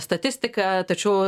statistiką tačiau